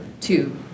two